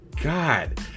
God